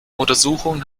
untersuchungen